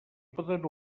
poden